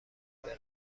برویم